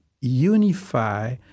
unify